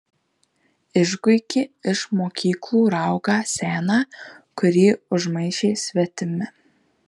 išguiki iš mokyklų raugą seną kurį užmaišė svetimi